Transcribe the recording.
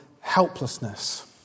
helplessness